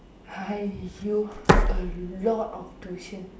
!aiyo! a lot of tuition